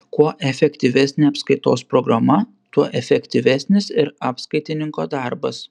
kuo efektyvesnė apskaitos programa tuo efektyvesnis ir apskaitininko darbas